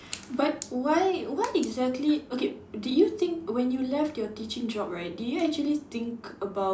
but why why exactly okay did you think when you left your teaching job right did you actually think about